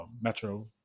Metro